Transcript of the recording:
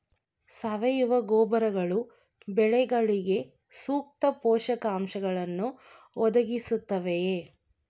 ಸಾವಯವ ಗೊಬ್ಬರಗಳು ಬೆಳೆಗಳಿಗೆ ಸೂಕ್ತ ಪೋಷಕಾಂಶಗಳನ್ನು ಒದಗಿಸುತ್ತವೆಯೇ?